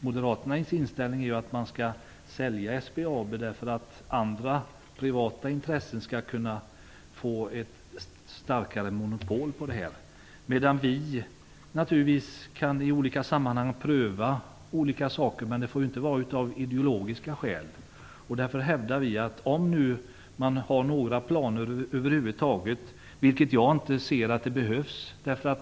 Moderaternas inställning är ju att man skall sälja SBAB, så att andra, privata intressen skall kunna få ett starkare monopol. Vi kan naturligtvis också pröva saker i olika sammanhang men inte av ideologiska skäl. Därför hävdar vi att eventuella planer på privatisering är onödiga.